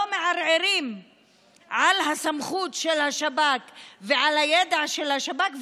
מערערים על הסמכות של השב"כ ועל הידע של השב"כ.